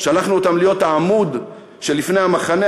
שלחנו אותם להיות העמוד שלפני המחנה,